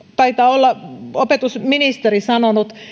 taitaa olla opetusministeri sanonut